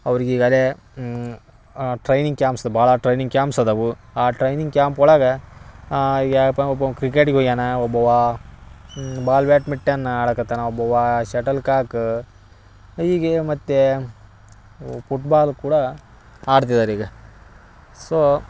ಅವ್ರಿಗೆ ಈಗಾಲೇ training camps ಭಾಳ ಟ್ರೈನಿಂಗ್ ಕ್ಯಾಂಪ್ಸ್ ಅದಾವು ಆ ಟ್ರೈನಿಂಗ್ ಕ್ಯಾಂಪ್ ಒಳಗೆ ಈ ಗ್ಯಾಪಂಗ್ ಒಬ್ಬ ಕ್ರಿಕೆಟಿಗ ಹೋಗ್ಯಾನ ಒಬ್ಬವ ಬಾಲ್ ಬ್ಯಾಡ್ಮಿಟನ್ ಆಡಕತ್ತಾನ ಒಬ್ಬವ್ವಾ ಶಟಲ್ ಕಾಕ್ ಹೀಗೆ ಮತ್ತು ಉ ಪುಟ್ಬಾಲ್ ಕೂಡ ಆಡ್ತಿದಾರೆ ಈಗ ಸೊ